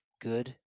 good